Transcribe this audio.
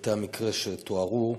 לפרטי המקרה שתוארו.